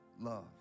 love